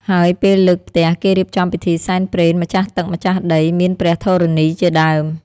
ហើយពេលលើកផ្ទះ គេរៀបចំពិធីសែនព្រេនម្ចាស់ទឹក ម្ចាស់ដី មានព្រះធរណីជាដើម។